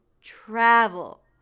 travel